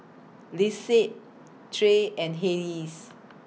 Lisette Trey and Hayes